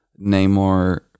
Namor